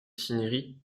cinieri